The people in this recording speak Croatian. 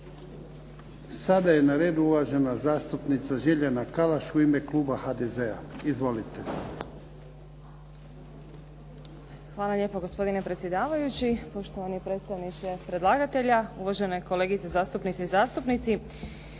Sada je na redu uvažena zastupnica Željana Kalaš u ime kluba HDZ-a. Izvolite. **Podrug, Željana (HDZ)** Hvala lijepo, gospodine predsjedavajući. Poštovani predstavniče predlagatelja. Uvažene kolegice zastupnice i zastupnici.